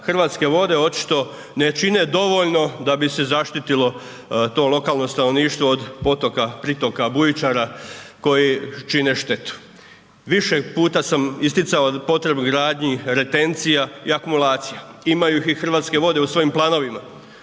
Hrvatske vode očito ne čine dovoljno da bu se zaštitilo to lokalno stanovništvo od potoka, pritoka, bujičara koji čine štetu. Više puta sam isticao potrebu gradnji retencija i akumulacija, imaju ih i Hrvatske vode u svojim planovima